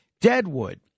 Deadwood